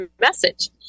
message